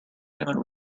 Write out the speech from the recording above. haven’t